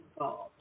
involved